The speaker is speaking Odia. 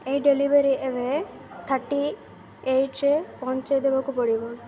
ଏଇ ଡେଲିଭରି ଏବେ ଥାର୍ଟି ଏଇଟ୍ରେ ପହଞ୍ଚେଇ ଦେବାକୁ ପଡ଼ିବ